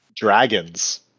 Dragons